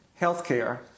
healthcare